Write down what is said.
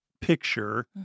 picture